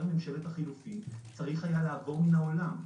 ממשלת החילופים צריך היה לעבור מן העולם.